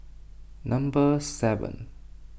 number seven